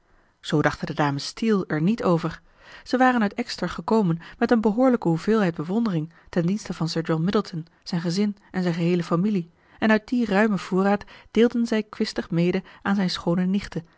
zoo dachten de dames steele er niet over zij waren uit exeter gekomen met een behoorlijke hoeveelheid bewondering ten dienste van sir john middleton zijn gezin en zijn geheele familie en uit dien ruimen voorraad deelden zij kwistig mede aan zijn schoone nichten